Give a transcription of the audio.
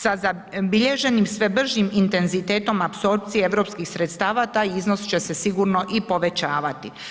Sa zabilježenim sve bržim intenzitetom apsorpcije europskih sredstava, taj iznos će se sigurno i povećavati.